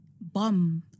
bum